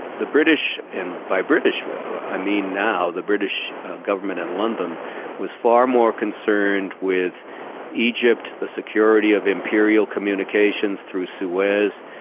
the british and by british i mean now the british government in london was far more concerned with egypt, the security of imperial communications through suez,